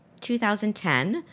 2010